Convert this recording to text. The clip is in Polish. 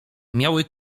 miały